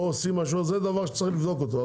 זה דבר שצריך לבדוק אותו.